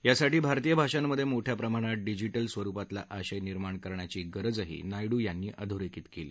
यासाठी भारतीय भाषांमध्ये मोठ्या प्रमाणात डिजिटल स्वरूपातला आशय निर्माण करण्याची गरजही नायडू यांनी अधोरेखित केली